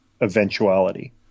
eventuality